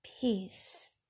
peace